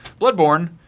Bloodborne